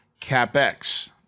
capex